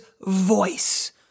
voice